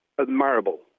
admirable